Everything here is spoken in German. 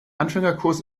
anfängerkurs